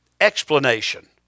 explanation